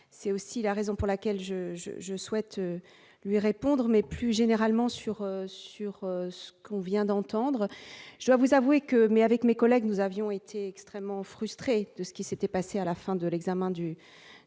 c'est aussi la raison pour laquelle je je je souhaite lui répondre mais plus généralement sur sur ce qu'on vient d'entendre, je dois vous avouer que mais avec mes collègues nous avions été extrêmement frustré de ce qui s'était passé à la fin de l'examen du